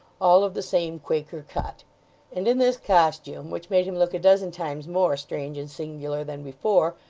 all of the same quaker cut and in this costume, which made him look a dozen times more strange and singular than before,